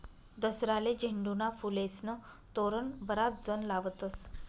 दसराले झेंडूना फुलेस्नं तोरण बराच जण लावतस